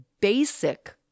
basic